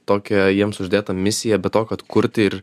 tokią jiems uždėtą misiją be to kad kurti ir